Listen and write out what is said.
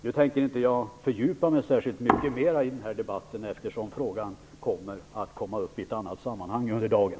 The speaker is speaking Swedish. Jag tänker inte nu fördjupa mig särskilt mycket mer i den här debatten, eftersom frågan kommer upp i ett annat sammanhang under dagen.